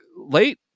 Late